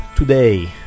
Today